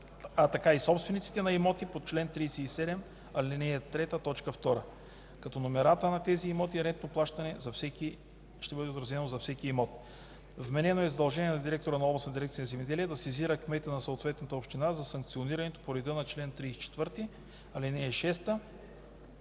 а така и собствениците на имоти по чл. 37, ал. 3, т. 2, като номерата на тези имоти и ред по плащане за всеки, ще бъде отразено за всеки имот. Вменено е задължение на директора на областна дирекция „Земеделие“ да сезира кмета на съответната община за санкционирането по реда на чл. 34, ал. 6